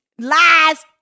Lies